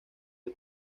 del